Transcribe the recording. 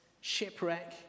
shipwreck